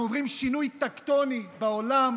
אנחנו עוברים שינוי טקטוני בעולם